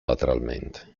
lateralmente